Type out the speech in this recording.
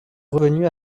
revenu